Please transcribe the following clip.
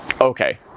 Okay